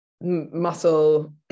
Muscle